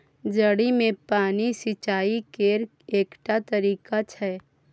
जड़ि मे पानि सिचाई केर एकटा तरीका छै